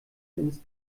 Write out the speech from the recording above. ins